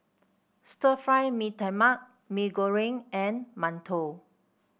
Stir Fry Mee Tai Mak Mee Goreng and Mantou